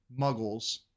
muggles